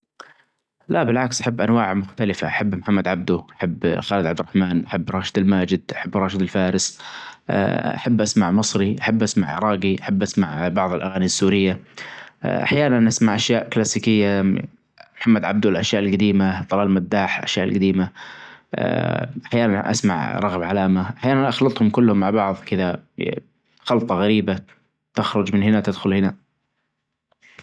لا بالعكس أحب أنواع مختلفة أحب محمد عبده أحب خالد عبد الرحمن أحب راشد الماجد أحب راشد الفارس أحب اسمع مصري أحب أسمع عراقي أحب أسمع بعظ الاغاني السورية أحيانا نسمع أشياء كلاسيكية محمد عبده الاشياء القديمة طلال مداح الاشياء القديمة احيانا رغم علامة أحيانا اخلطهم كلهم مع بعظ كذا خلطة غريبة تخرج من هنا تدخل هنا.